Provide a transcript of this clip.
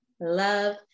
love